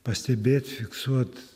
pastebėt fiksuot